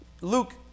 Luke